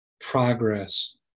progress